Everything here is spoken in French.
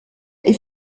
est